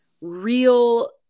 real